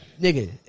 Nigga